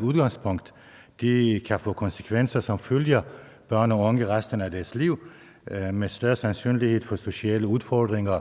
udgangspunkt i fattigdom kan få konsekvenser, som følger børn og unge resten af deres liv, med større sandsynlighed for sociale udfordringer,